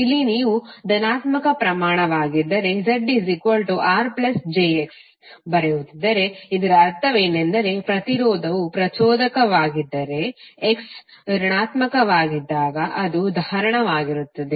ಇಲ್ಲಿ ನೀವು ಧನಾತ್ಮಕ ಪ್ರಮಾಣವಾಗಿದ್ದರೆ ZRjXಬರೆಯುತ್ತಿದ್ದರೆ ಇದರ ಅರ್ಥವೇನೆಂದರೆ ಪ್ರತಿರೋಧವು ಪ್ರಚೋದಕವಾಗಿದ್ದರೆ X ಋಣಾತ್ಮಕವಾಗಿದ್ದಾಗ ಅದು ಧಾರಣವಾಗಿರುತ್ತದೆ